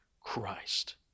Christ